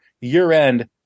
year-end